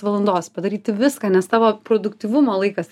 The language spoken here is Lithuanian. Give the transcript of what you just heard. valandos padaryti viską nes tavo produktyvumo laikas